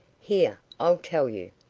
here. i'll tell you.